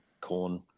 corn